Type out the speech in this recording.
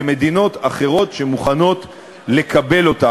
למדינות אחרות שמוכנות לקבל אותם.